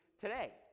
today